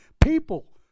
people